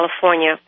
California